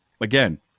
again